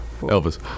Elvis